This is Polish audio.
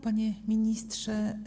Panie Ministrze!